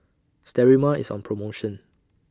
Sterimar IS on promotion